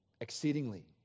exceedingly